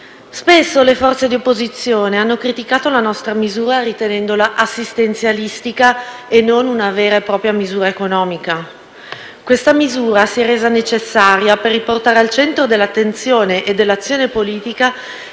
Spesso le forze di opposizione hanno criticato la nostra misura, ritenendola assistenzialistica e non propriamente economica, ma si è resa necessaria per riportare al centro dell'attenzione e dell'azione politica